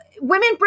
women